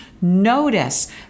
Notice